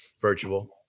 Virtual